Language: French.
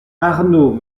arnaud